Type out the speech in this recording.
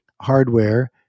hardware